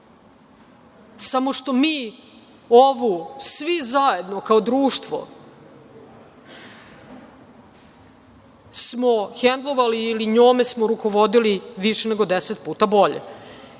samo što mi ovu, svi zajedno, kao društvo, smo hendlovali ili njome smo rukovodili više nego 10 puta bolje. Isto